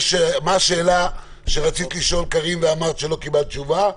קארין, מה השאלה שלא קיבלת עליה תשובה?